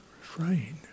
refrain